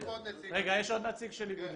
יש פה עוד נציג של אגודה.